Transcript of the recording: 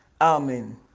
Amen